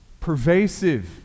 pervasive